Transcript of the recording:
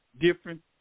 different